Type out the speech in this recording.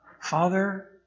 Father